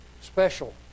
special